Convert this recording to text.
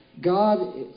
God